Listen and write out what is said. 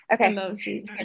Okay